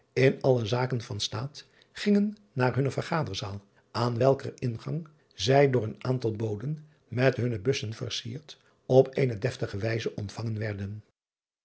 in alle zaken van staat gingen naar hunne ergaderzaal aan welker ingang zij door een aantal boden met hunne bussen versierd op eene destige wijze ontvangen werden